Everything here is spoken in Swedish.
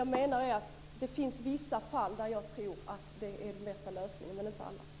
Jag menar att det finns vissa fall, men inte alla, då jag tror att det här är den bästa lösningen. Tack!